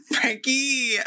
Frankie